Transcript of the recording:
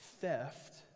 theft